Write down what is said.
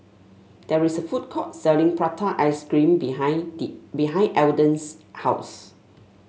there is a food court selling Prata Ice Cream behind behind Elden's house